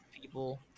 people